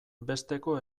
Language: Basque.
besteko